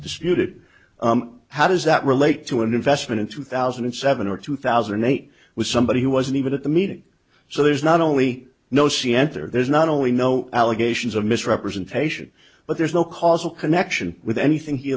disputed how does that relate to an investment in two thousand and seven or two thousand and eight with somebody who wasn't even at the meeting so there's not only no she entered there's not only no allegations of misrepresentation but there's no causal connection with anything he